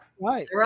Right